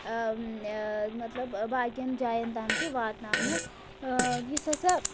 مطلب باقیَن جایَن تام تہِ واتناونہٕ یُس ہَسا